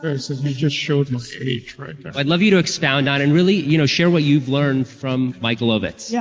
just showed my age right there. i'd love you to expound on and really you know share what you've learned from michael ovitz. yeah